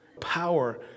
power